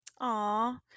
Aw